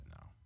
no